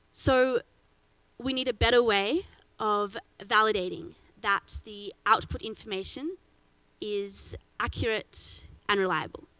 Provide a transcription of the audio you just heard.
so we need a better way of validating that the output information is accurate and reliable.